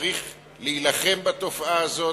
צריך להילחם בתופעה הזאת.